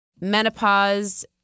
menopause